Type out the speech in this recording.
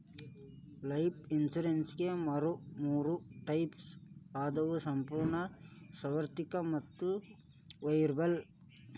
life ಇನ್ಸುರೆನ್ಸ್ನ್ಯಾಗ ಮೂರ types ಅದಾವ ಸಂಪೂರ್ಣ ಸಾರ್ವತ್ರಿಕ ಮತ್ತ ವೇರಿಯಬಲ್